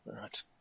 Right